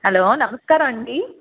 hello నమస్కారము అండి